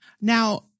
Now